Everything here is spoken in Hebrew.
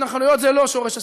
שההתנחלויות זה לא שורש הסכסוך,